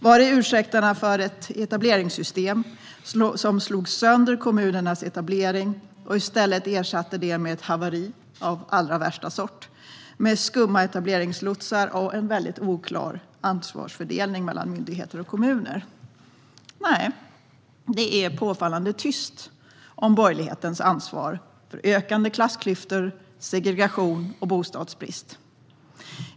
Var är ursäkterna för ett etableringssystem som slog sönder kommunernas etablering och i stället ersatte den med ett haveri av allra värsta sort, med skumma etableringslotsar och en väldigt oklar ansvarsfördelning mellan myndigheter och kommuner? Nej, det är påfallande tyst om borgerlighetens ansvar för ökande klassklyftor, segregation och bostadsbrist.